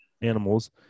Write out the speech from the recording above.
animals